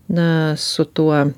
na su tuo